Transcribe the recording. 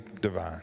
divine